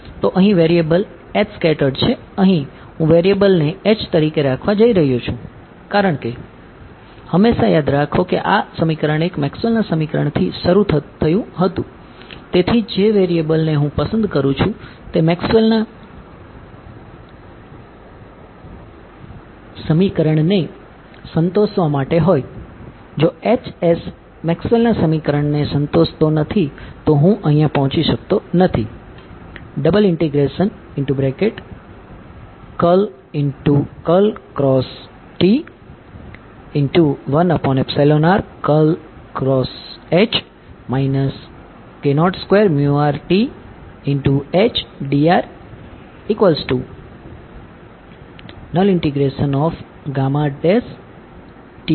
તો અહીં વેરીએબલ છે અહીં હું વેરીએબલને H તરીકે રાખવા જઇ રહ્યો છું કારણ કે હંમેશાં યાદ રાખો કે આ સમીકરણ 1 મેક્સવેલના સમીકરણથી શરૂ થયું હતું તેથી જે વેરીએબલને હું પસંદ કરું છું તે મેક્સવેલના સમીકરણને સંતોષવા માટે હોય જો મેક્સવેલના સમીકરણને સંતોષતો નથી તો હું અહિયાં પહોંચી શકતો નથી